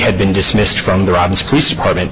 had been dismissed from the roberts police department